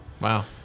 Wow